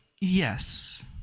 Yes